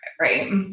Right